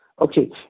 okay